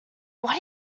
are